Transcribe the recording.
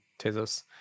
tezos